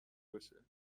باشه